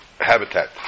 habitat